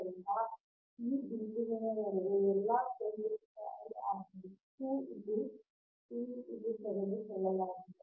ಆದ್ದರಿಂದ ಈ ಬಿಂದುವಿನ ನಡುವೆ ಎಲ್ಲಾ ಏಕಕೇಂದ್ರಕ I ಆಗಿವೆ q ಇಲ್ಲಿ p ಇಲ್ಲಿ ತೆಗೆದುಕೊಳ್ಳಲಾಗಿದೆ